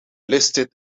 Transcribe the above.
listed